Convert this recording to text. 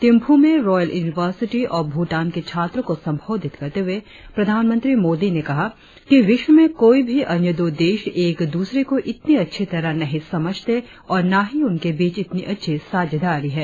थिम्फू में royal university of Bhutan के छात्रों को संबोधित करते हुए प्रधानमंत्री मोदी ने कहा कि विश्व में कोई भी अन्य दो देश एक दूसरे को इतनी अच्छी तरह नहीं समझते और न ही उनके बीच इतनी अच्छी साझेदारी है